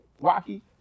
rocky